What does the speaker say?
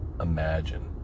imagine